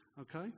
okay